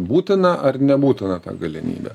būtina ar nebūtina ta galimybė